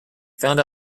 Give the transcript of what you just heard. found